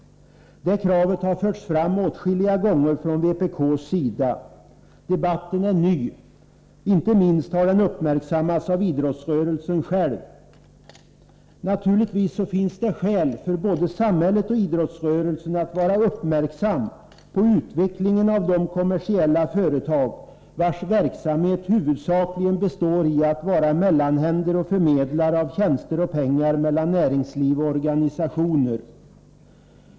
Det kravet har förts fram åtskilliga gånger från vpk:s sida. Debatten är inte ny. Den har inte minst uppmärksammats av idrottsrörelsen själv. Naturligtvis finns det skäl för både samhället och idrottsrörelsen att vara uppmärksamma på utvecklingen av de kommersiella företag vars verksamhet huvudsakligen består i att vara mellanhänder och förmedlare av tjänster och pengar mellan näringsliv och organisationer.